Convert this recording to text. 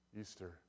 Easter